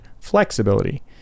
flexibility